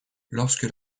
lorsque